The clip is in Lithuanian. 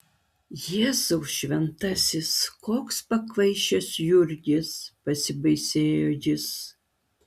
jėzau šventas koks pakvaišęs jurgis pasibaisėjo jis